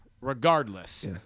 Regardless